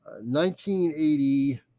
1980